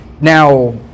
Now